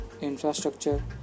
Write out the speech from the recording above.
Infrastructure